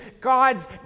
God's